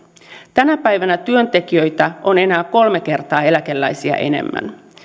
tänä päivänä työntekijöitä on enää kolme kertaa eläkeläisiä enemmän